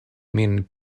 min